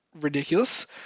ridiculous